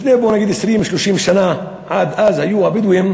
לפני בוא נגיד 30-20 שנה, עד אז היו הבדואים,